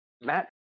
Matt